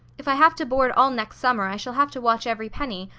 if i have to board all next summer, i shall have to watch every penny,